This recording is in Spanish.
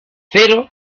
zero